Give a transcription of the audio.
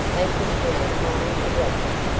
they think we are trying to rob them.